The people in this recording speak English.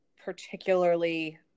particularly